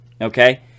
okay